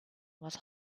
was